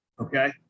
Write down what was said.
okay